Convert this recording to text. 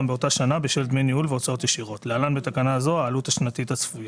בשל דמי ניהול והוצאות ישירות (להלן בתקנה זו העלות השנתית הצפויה)".